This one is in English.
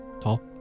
tall